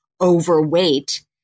overweight